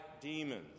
demons